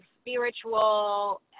spiritual